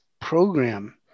program